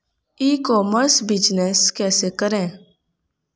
ई commerce business कैसे करें?